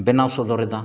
ᱵᱮᱱᱟᱣ ᱥᱚᱫᱚᱨᱮᱫᱟ